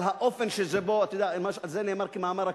אבל האופן, אתה יודע, על זה נאמר כמאמר "הכוזרי",